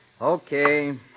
Okay